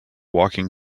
walking